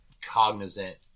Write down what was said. cognizant